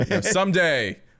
someday